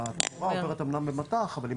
התשואה עוברת אמנם במט"ח אבל היא